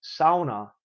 sauna